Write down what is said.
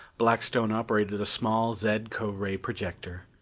blackstone operated a small zed-co-ray projector.